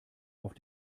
auf